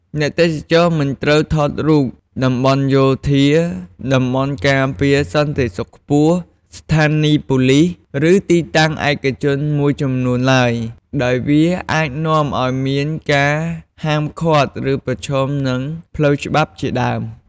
អ្នកទេសចរមិនត្រូវថតរូប តំបន់យោធា តំបន់ការពារសន្តិសុខខ្ពស់ ស្ថានីយ៍ប៉ូលីស ឬទីតាំងឯកជនមួយចំនួនឡើង ដោយវាអាចនាំឲ្យមានការហាមឃាត់ ឬប្រឈមនឹងផ្លូវច្បាប់ជាដើម។